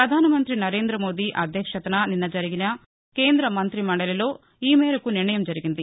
ప్రధాన మంతి నరేంద్ర మోదీ అధ్యక్షతన నిన్న జరిగిన కేంద్ర మంతి మండలిలో ఈమేరకు నిర్ణయం జరిగింది